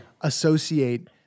associate